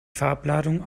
farbladung